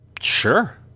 Sure